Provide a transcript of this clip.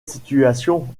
situation